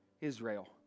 Israel